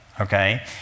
Okay